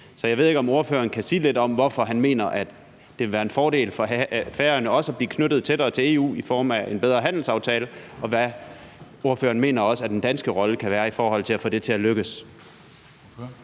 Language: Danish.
Så jeg ved ikke, om ordføreren kan sige lidt om, hvorfor han mener, at det vil være en fordel for Færøerne også at blive knyttet tættere til EU i form af en bedre handelsaftale, og også hvad ordføreren mener den danske rolle kan være i forhold til at få det til at lykkes.